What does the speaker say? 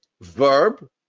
verb